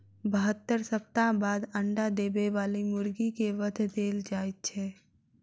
बहत्तर सप्ताह बाद अंडा देबय बाली मुर्गी के वध देल जाइत छै